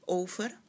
over